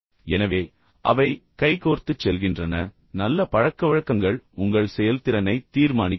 எனவே அவை கைகோர்த்துச் செல்கின்றன நல்ல பழக்கவழக்கங்கள் உங்கள் செயல்திறனை தீர்மானிக்கின்றன